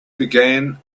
began